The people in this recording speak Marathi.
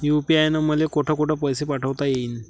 यू.पी.आय न मले कोठ कोठ पैसे पाठवता येईन?